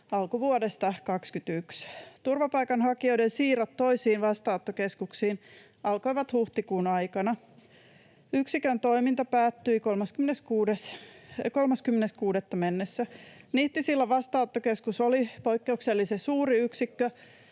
alkuvuodesta 21. Turvapaikanhakijoiden siirrot toisiin vastaanottokeskuksiin alkoivat huhtikuun aikana. Yksikön toiminta päättyi 30.6. mennessä. Nihtisillan vastaanottokeskus oli poikkeuksellisen suuri yksikkö,